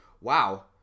Wow